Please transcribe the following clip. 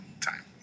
time